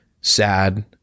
sad